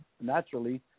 naturally